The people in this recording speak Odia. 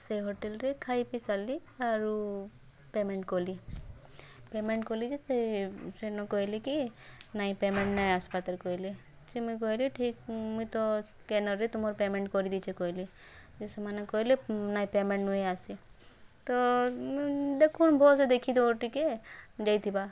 ସେ ହୋଟେଲ୍ରେ ଖାଇ ପିଇ ସାରଲି ଆରୁ ପେମେଣ୍ଟ୍ କଲି ପେମେଣ୍ଟ୍ କଲି ଯେ ସେ ସେନୁ କଇଲେ କି ନାଇଁ ପେମେଣ୍ଟ୍ ନାଇଁ ଆସ୍ବାର୍ ତାଲ୍ କଇଲେ ଫେର୍ ମୁଇଁ କଇଲି ଠିକ୍ ମୁଇଁ ତ ସ୍କାନର୍ରେ ତୁମର୍ ପେମେଣ୍ଟ୍ କରିଦିଛେଁ କଇଲି ଯେ ସେମାନେ କଇଲେ ନାଇଁ ପେମେଣ୍ଟ୍ ନଇଁ ଆସେ ତ ଦେଖୁନ୍ ଭଲ୍ରେ ଦେଖିଦିଅ ଟିକେ ଯେଇଥିବା